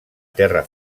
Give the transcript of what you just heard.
terra